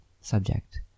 subject